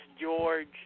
George